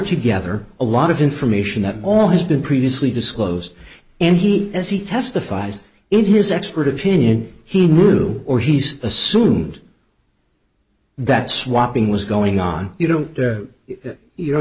together a lot of information that all has been previously disclosed and he as he testifies in his expert opinion he knew or he's assumed that swapping was going on you don't you know